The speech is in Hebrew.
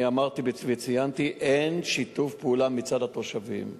אני אמרתי וציינתי: אין שיתוף פעולה מצד התושבים,